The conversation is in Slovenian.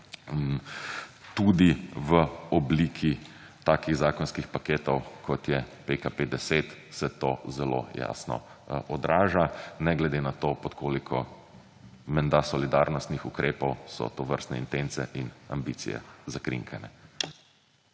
tudi v obliki takih zakonskih paketkov kot je PKP-10 vse to zelo jasno odraža ne glede na to pod koliko menda solidarnostnih ukrepov so tovrstne intence in ambicije zakrinkane.